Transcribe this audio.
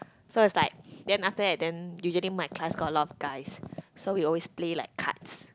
so it's like then after that then usually my class got a lot of guys so we always play like cards